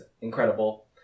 incredible